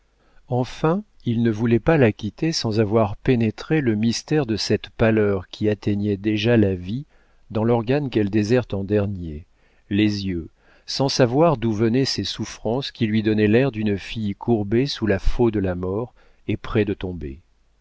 enfin il ne voulait pas la quitter sans avoir pénétré le mystère de cette pâleur qui atteignait déjà la vie dans l'organe qu'elle déserte en dernier les yeux sans savoir d'où venaient ces souffrances qui lui donnaient l'air d'une fille courbée sous la faux de la mort et près de tomber